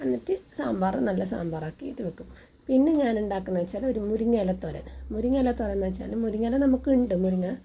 എന്നിട്ട് സാമ്പാർ നല്ല സാമ്പാറാക്കിയിട്ട് വെക്കും പിന്നെ ഞാൻ ഉണ്ടാക്കുന്ന എന്നു വെച്ചാൽ ഒരു മുരിങ്ങയില തോരൻ മുരിങ്ങയില തോരൻ എന്നു വെച്ചാൽ മുരിങ്ങയില നമുക്ക് ഉണ്ട് മുരിങ്ങ